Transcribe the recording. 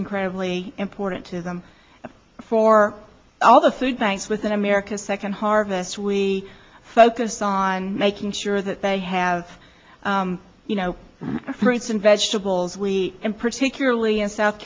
incredibly important to them for all the food banks within america's second harvest we focus on making sure that they have you know fruits and vegetables we in particularly in south